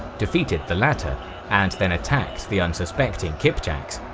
defeated the latter and then attacked the unsuspecting kipchaks,